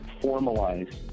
formalize